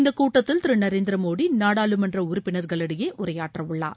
இந்தக் கூட்டத்தில் திரு நரேந்திர மோடி நாடாளுமன்ற உறுப்பினர்களிடையே உரையாற்றவுள்ளார்